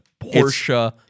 porsche